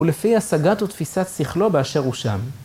ולפי השגת ותפיסת שכלו באשר הוא שם.